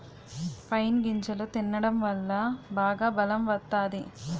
pine గింజలు తినడం వల్ల బాగా బలం వత్తాది